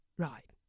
Right